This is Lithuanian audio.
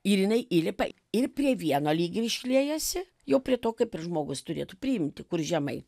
ir jinai įlipa ir prie vieno lyg ir šliejasi jau prie to kaip ir žmogus turėtų priimti kur žemai